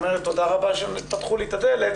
אומרת 'תודה רבה שפתחו לי את הדלת,